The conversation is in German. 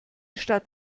stadt